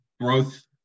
growth